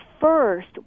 first